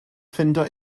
ffeindio